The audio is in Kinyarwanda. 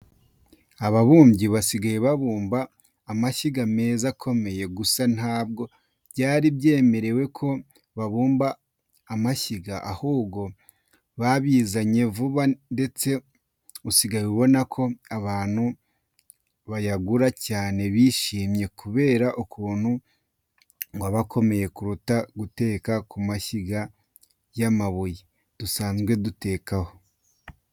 Ababumbyi basigaye babumba amashyiga meza akomeye, gusa ntabwo byari bimenyerewe ko babumba amashyiga, ahubwo babizanye vuba ndetse usigaye ubona ko abantu bayagura cyane bishimye kubera ukuntu ngo aba akomeye kuruta gutekera ku mashyiga y'amabuye dusanzwe dutekeraho.